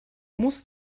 muss